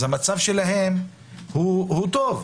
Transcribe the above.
אז המצב שלהם הוא טוב,